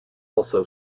also